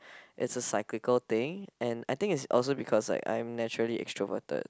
it's a cyclical thing and I think is also because like I'm naturally extroverted